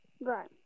Right